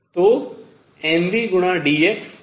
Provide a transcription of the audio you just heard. तो m v गुना dx मुझे देगा